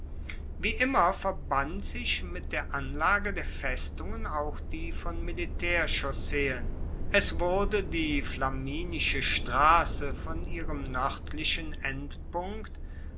wie immer verband sich mit der anlage der festungen auch die von militaerchausseen es wurde die flaminische strasse von ihrem noerdlichen endpunkt